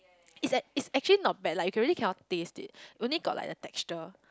it's that it's actually not bad lah you can really cannot taste it only got like the texture